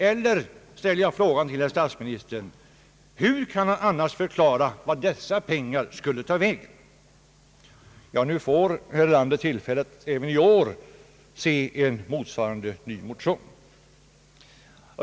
Jag skulle vilja fråga statsministern: Hur kan man annars förklara vart dessa pengar skulle ta vägen? Nu får herr Erlander tillfälle att även i år se en motsvarande motion.